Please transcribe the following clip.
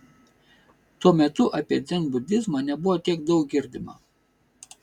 tuo metu apie dzenbudizmą nebuvo tiek daug girdima